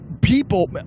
People